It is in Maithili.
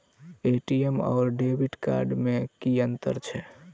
ए.टी.एम आओर डेबिट कार्ड मे की अंतर छैक?